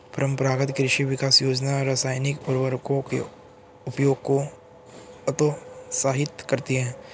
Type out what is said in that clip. परम्परागत कृषि विकास योजना रासायनिक उर्वरकों के उपयोग को हतोत्साहित करती है